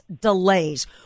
delays